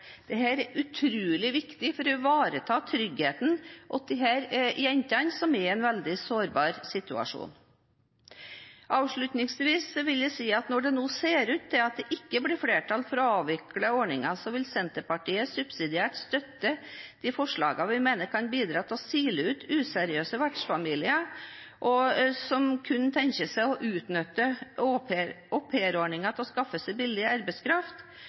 er utrolig viktig for å ivareta disse jentenes trygghet, jenter som er i en veldig sårbar situasjon. Avslutningsvis vil jeg si at når det nå ser ut til at det ikke blir flertall for å avvikle ordningen, vil Senterpartiet subsidiært støtte de forslagene vi mener kan bidra til å sile ut useriøse vertsfamilier, som kun har tenkt å utnytte aupairordningen til å skaffe seg billig arbeidskraft,